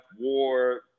war